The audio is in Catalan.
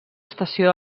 estació